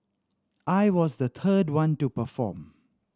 I was the third one to perform